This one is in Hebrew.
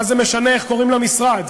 מה זה משנה איך קוראים למשרד?